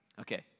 Okay